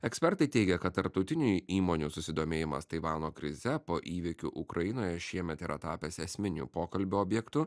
ekspertai teigia kad tarptautinių įmonių susidomėjimas taivano krize po įvykių ukrainoje šiemet yra tapęs esminiu pokalbio objektu